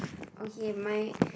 okay my